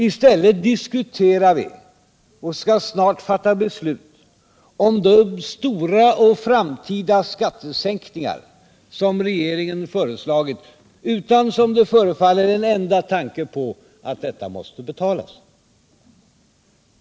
I stället diskuterar vi och skall snart fatta beslut om de stora och framtida skattesänkningar som regeringen föreslagit utan, som det förefaller, en enda tanke på att detta måste betalas.